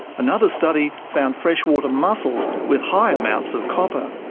another study found freshwater mussels with high amounts of copper.